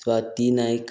Swati Naik